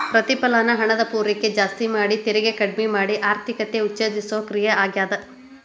ಪ್ರತಿಫಲನ ಹಣದ ಪೂರೈಕೆ ಜಾಸ್ತಿ ಮಾಡಿ ತೆರಿಗೆ ಕಡ್ಮಿ ಮಾಡಿ ಆರ್ಥಿಕತೆನ ಉತ್ತೇಜಿಸೋ ಕ್ರಿಯೆ ಆಗ್ಯಾದ